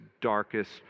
darkest